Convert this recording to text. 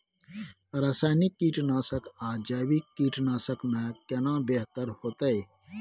रसायनिक कीटनासक आ जैविक कीटनासक में केना बेहतर होतै?